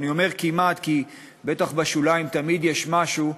אני אומר "כמעט", כי בטח בשוליים תמיד יש משהו,